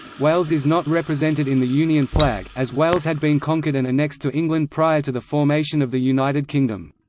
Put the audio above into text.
wales is not represented in the union flag, as wales had been conquered and annexed to england prior to the formation of the united kingdom.